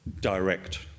direct